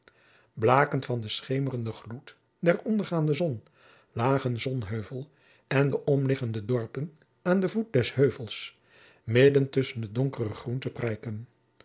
blakend van den schemerenden gloed der ondergaande zon lagen sonheuvel en de omliggende dorpen aan den voet des heuvels midden tusschen het donkere groen te prijken